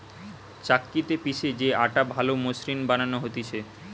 চাক্কিতে পিষে যে আটা ভালো মসৃণ বানানো হতিছে